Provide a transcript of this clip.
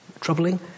troubling